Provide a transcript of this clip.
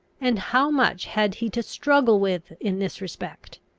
and how much had he to struggle with in this respect,